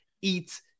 eat